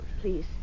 please